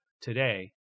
today